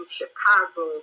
Chicago